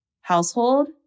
household